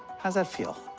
how's that feel?